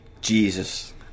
Jesus